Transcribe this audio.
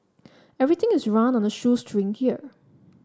everything is run on a shoestring here